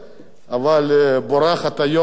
בורחת היום מהמשימה,